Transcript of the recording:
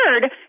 third